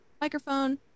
microphone